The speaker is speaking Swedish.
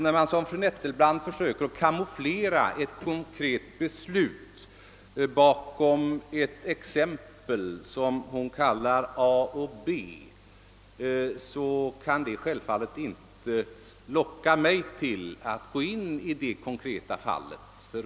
När fru Nettelbrandt försöker kamouflera ett konkret beslut bakom ett exempel där det talas om A och B, kan jag självfallet inte känna mig benägen att gå in på det särskilda fallet.